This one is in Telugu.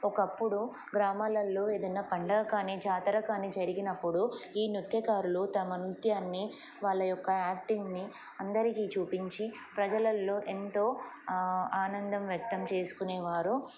ఒకప్పుడు గ్రామాలల్లో ఏదన్న పండగ కానీ జాతర కానీ జరిగినప్పుడు ఈ నృత్యకారులు తమ నృత్యాన్ని వాళ్ళ యొక్క యాక్టింగ్ని అందరికీ చూపించి ప్రజలల్లో ఎంతో ఆనందం వ్యక్తం చేసుకునేవారు